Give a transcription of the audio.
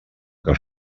que